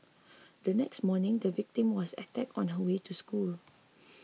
the next morning the victim was attacked on her way to school